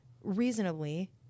reasonably